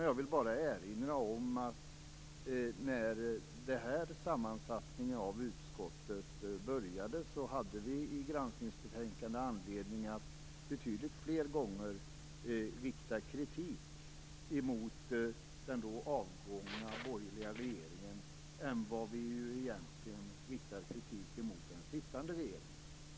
Jag vill bara erinra om att när den här sammansättningen av utskottet inledde sitt arbete hade vi anledning att i granskningsbetänkandet betydligt fler gånger rikta kritik mot den då avgående borgerliga regeringen än vad vi gör när det gäller den sittande regeringen.